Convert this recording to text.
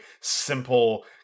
simple